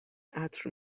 عطر